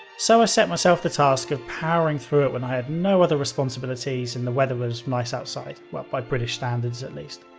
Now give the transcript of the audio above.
so i set myself the task of powering through it when i had no other responsibilities and the weather was nice outside, but by british standards at least.